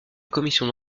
commission